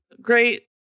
great